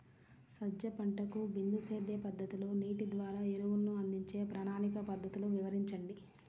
సజ్జ పంటకు బిందు సేద్య పద్ధతిలో నీటి ద్వారా ఎరువులను అందించే ప్రణాళిక పద్ధతులు వివరించండి?